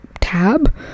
tab